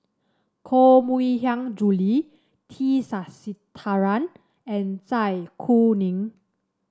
Koh Mui Hiang Julie T Sasitharan and Zai Kuning